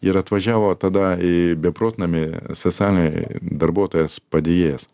ir atvažiavo tada į beprotnamį seselė darbuotojas padėjėjas